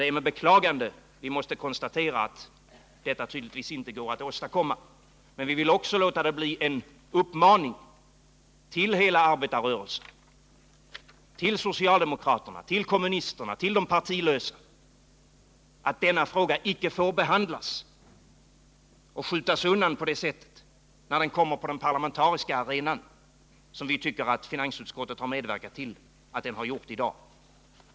Det är med beklagande vi måste konstatera att detta tydligtvis inte går att åstadkomma, men vi vill också låta det bli en uppmaning till hela arbetarrörelsen — till socialdemokraterna, till kommunisterna, till de partilösa — att denna fråga icke får behandlas och skjutas undan på ett sådant sätt när den kommer upp på den parlamentariska arenan, som vi tycker finansutskottet har medverkat till att det skett i dag.